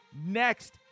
next